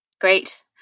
Great